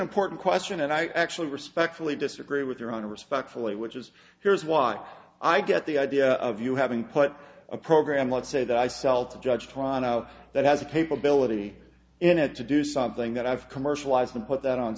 important question and i actually respectfully disagree with your own respectfully which is here's what i get the idea of you having put a program lots i sell to judge toronto that has a capability in it to do something that i've commercialized and put that on